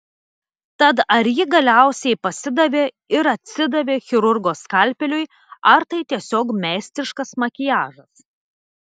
tad ar ji galiausiai pasidavė ir atsidavė chirurgo skalpeliui ar tai tiesiog meistriškas makiažas